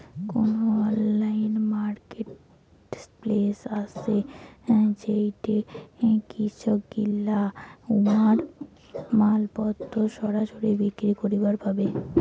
কুনো online marketplace আছে যেইঠে কৃষকগিলা উমার মালপত্তর সরাসরি বিক্রি করিবার পারে?